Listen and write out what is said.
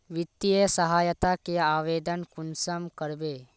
वित्तीय सहायता के आवेदन कुंसम करबे?